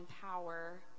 power